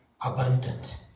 abundant